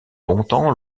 longtemps